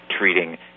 treating